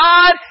God